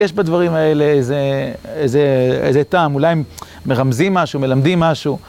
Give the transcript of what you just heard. יש בדברים האלה איזה טעם, אולי הם מרמזים משהו, מלמדים משהו.